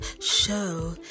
show